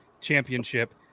championship